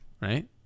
right